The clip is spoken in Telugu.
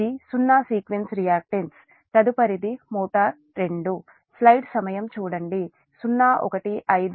ఇది సున్నా సీక్వెన్స్ రియాక్టన్స్ సున్నా శ్రేణి ప్రతిచర్య తదుపరిది మోటారు 2